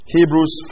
Hebrews